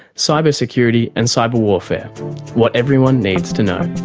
cybersecurity and cyberwarfare what everyone needs to know.